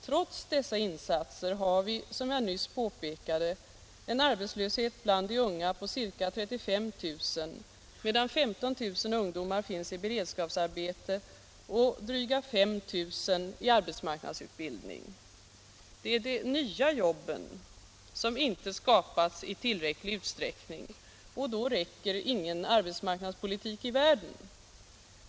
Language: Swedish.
Trots dessa åtgärder har vi, som jag nyss påpekade, en arbetslöshet bland de unga på ca 35 000, medan 15 000 ungdomar finns i beredskapsarbete och dryga 5 000 i arbetsmarknadsutbildning. Det är de nya jobben som inte skapats i tillräcklig utsträckning, och då räcker ingen arbetsmarknadspolitik i världen.